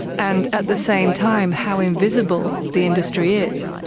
and at the same time how invisible the industry is.